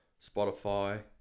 Spotify